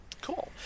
Cool